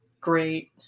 great